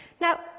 Now